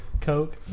coke